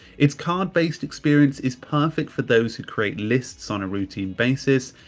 it's card-based experience is perfect for those who create lists on a routine basis.